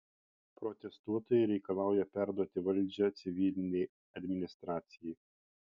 protestuotojai reikalauja perduoti valdžią civilinei administracijai